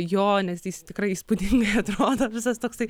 jo nes jis tikrai įspūdingai atrodo visas toksai